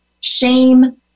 shame